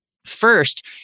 first